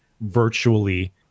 virtually